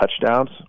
touchdowns